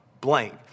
blank